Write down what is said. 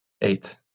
Eight